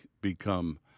become